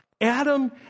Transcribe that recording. Adam